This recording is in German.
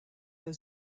der